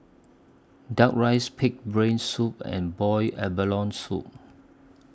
Duck Rice Pig'S Brain Soup and boiled abalone Soup